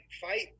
fight